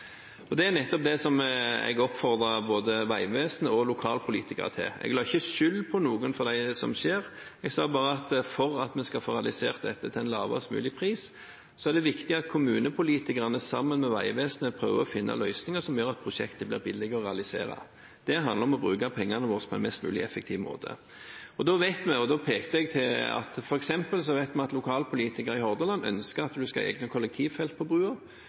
Det er nettopp det jeg oppfordrer både Vegvesenet og lokalpolitikerne til. Jeg la ikke skyld på noen for det som skjer. Jeg sa bare at for at vi skal få realisert dette til en lavest mulig pris, er det viktig at kommunepolitikerne, sammen med Vegvesenet, prøver å finne løsninger som gjør at prosjektet blir billigere å realisere. Det handler om å bruke pengene våre på en mest mulig effektiv måte. Da pekte jeg på at vi f.eks. vet at lokalpolitikere i Hordaland ønsker at en skal ha egne kollektivfelt på